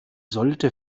sollte